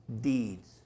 deeds